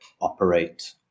operate